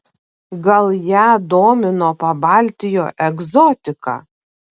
gal ją domino pabaltijo egzotika